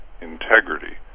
integrity